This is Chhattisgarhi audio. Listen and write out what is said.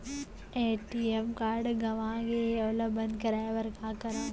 ए.टी.एम कारड गंवा गे है ओला बंद कराये बर का करंव?